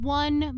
one